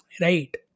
right